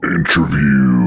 Interview